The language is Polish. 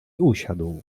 usiadł